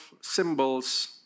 symbols